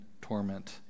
torment